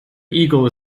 eagle